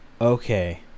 Okay